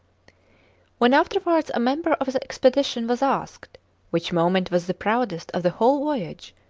when afterwards a member of the expedition was asked which moment was the proudest of the whole voyage,